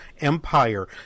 empire